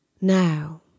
Now